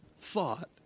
thought